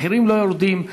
המחירים לא יורדים,